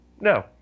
No